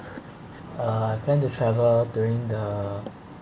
uh plan to travel during the